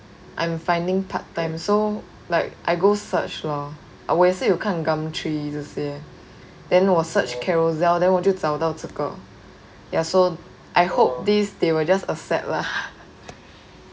I'm finding part time so like I go search lor oh 我也是有看 Gumtree 这些 then 我 search Carousell then 我就找到这个 ya so I hope this they were just accept lah